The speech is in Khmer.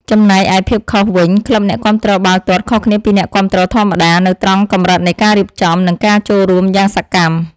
ចំណែកឯភាពខុសវិញ ក្លឹបអ្នកគាំទ្របាល់ទាត់ ខុសគ្នាពីអ្នកគាំទ្រធម្មតា នៅត្រង់កម្រិតនៃការរៀបចំ និងការចូលរួមយ៉ាងសកម្ម។